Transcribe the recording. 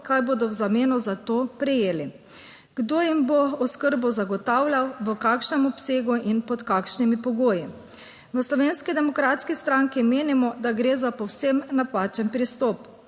kaj bodo v zameno za to prejeli? Kdo jim bo oskrbo zagotavljal, v kakšnem obsegu in pod kakšnimi pogoji? V Slovenski demokratski stranki menimo, da gre za povsem napačen pristop.